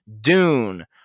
dune